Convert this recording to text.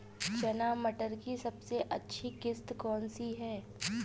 रचना मटर की सबसे अच्छी किश्त कौन सी है?